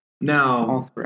Now